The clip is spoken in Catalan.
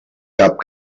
cap